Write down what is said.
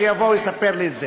שיבוא ויספר לי את זה.